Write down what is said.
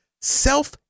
self